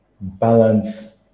balance